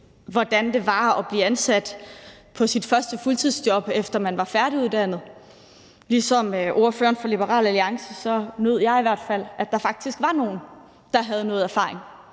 hvordan det var at blive ansat på sit første fuldtidsjob, efter man var færdiguddannet. Ligesom ordføreren for Liberal Alliance nød jeg i hvert fald, at der faktisk var nogle, der havde noget erfaring,